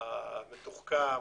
המתוחכם,